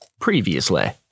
Previously